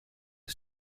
the